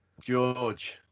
George